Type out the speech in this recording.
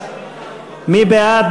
מי בעד?